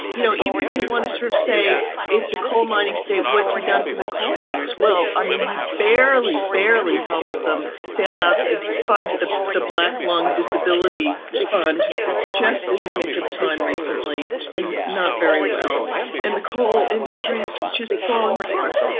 you know, even if you want to sort of say it's a coal mining state, what's he done for the coal miners? well, i mean, he barely, barely helped them bailout fund the the black lung disability fund just in the nick of time recently and not very well in the coal industries just falling apart.